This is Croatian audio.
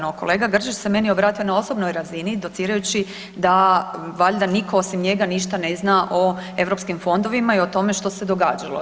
No, kolega Grčić se meni obratio na osobnoj razini docirajući da valjda nitko osim njega ništa ne zna o europskim fondovima i o tome što se događalo.